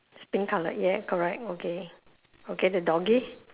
pink colour ya correct okay okay the doggie